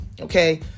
okay